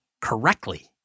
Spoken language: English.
correctly